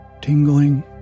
tingling